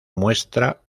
muestra